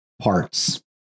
parts